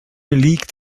liegt